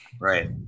Right